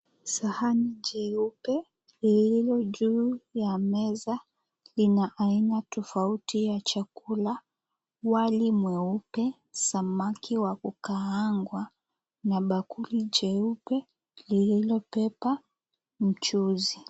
Sahani jeupe lililo juu ya meza lina aina tofauti ya chakula, wali mweupe, samaki wa kukaangwa na bakuli jeupe lililo beba mchuzi.